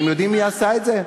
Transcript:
מי אישר את זה?